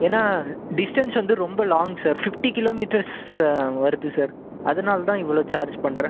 ஏன்னா டிஸ்டன்ஸ் வந்து ரொம்ப long sir fifty kilometres வருது சார் அதனால் தான் இவ்வளோ சார்ஜ் பண்ணுறேன்